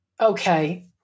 okay